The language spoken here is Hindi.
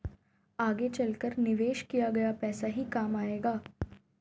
आगे चलकर निवेश किया गया पैसा ही काम आएगा